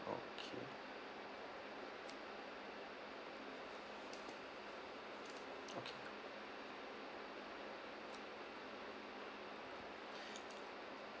okay